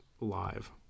live